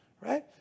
right